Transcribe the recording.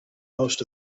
most